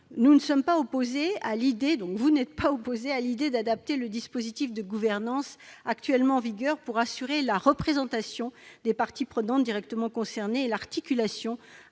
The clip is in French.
[vous n'étiez pas] opposée à l'idée d'adapter le dispositif de gouvernance en vigueur pour assurer la représentation des parties prenantes directement concernées et l'articulation